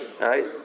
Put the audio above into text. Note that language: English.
Right